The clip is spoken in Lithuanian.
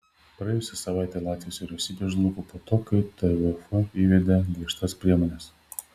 praėjusią savaitę latvijos vyriausybė žlugo po to kai tvf įvedė griežtas priemones